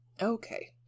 Okay